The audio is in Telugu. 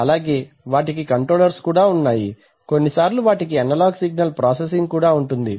అలాగే వాటికి కంట్రోలర్స్ కూడా ఉన్నాయి కొన్నిసార్లు వాటికి అనలాగ్ సిగ్నల్ ప్రాసెసింగ్ కూడా ఉంటుంది